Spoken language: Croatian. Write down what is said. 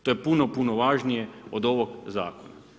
To je puno, puno važnije od ovog zakona.